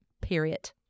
Period